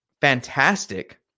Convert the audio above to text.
fantastic